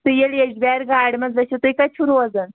تُہۍ ییٚلہِ یَجہِ بیٛارِ گاڑِ منٛز ؤسِو تُہۍ کَتہِ چھو روزان